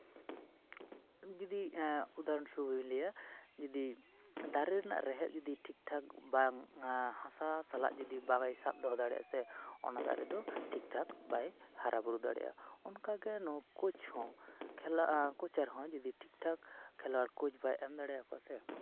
ᱤᱧ ᱡᱩᱫᱤ ᱩᱫᱟᱦᱚᱨᱚᱱ ᱥᱚᱨᱩᱯᱤᱧ ᱞᱟᱹᱭᱟ ᱡᱩᱫᱤ ᱫᱟᱨᱮ ᱨᱮᱱᱟᱜ ᱨᱮᱦᱮᱫ ᱡᱩᱫᱤ ᱴᱷᱤᱠᱴᱷᱟᱠ ᱵᱟᱝ ᱦᱟᱥᱟ ᱥᱟᱞᱟᱜ ᱡᱩᱫᱤ ᱵᱟᱭ ᱥᱟᱵ ᱫᱚᱦᱚ ᱫᱟᱲᱮᱭᱟᱜᱼᱟ ᱥᱮ ᱚᱱᱟ ᱫᱟᱨᱮ ᱫᱚ ᱴᱷᱤᱠᱴᱷᱟᱠ ᱵᱟᱭ ᱦᱟᱨᱟ ᱵᱩᱨᱩ ᱫᱟᱲᱮᱭᱟᱜᱼᱟ ᱚᱱᱠᱟᱜᱮ ᱩᱱᱤ ᱠᱳᱪ ᱦᱚᱸ ᱠᱷᱮᱞᱟ ᱠᱳᱪᱟᱨ ᱦᱚᱸ ᱡᱩᱫᱤ ᱴᱷᱤᱠ ᱴᱷᱟᱠ ᱠᱷᱮᱞᱳᱣᱟᱲ ᱠᱳᱪ ᱵᱟᱭ ᱮᱢ ᱫᱟᱲᱮᱭᱟᱠᱚᱣᱟ ᱥᱮ